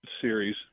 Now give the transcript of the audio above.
series